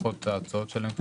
פחות ההוצאות שלהם,